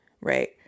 Right